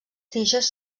tiges